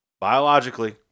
biologically